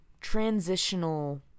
transitional